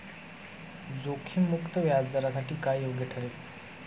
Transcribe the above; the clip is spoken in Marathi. जोखीम मुक्त व्याजदरासाठी काय योग्य ठरेल?